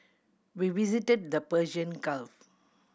we visited the Persian Gulf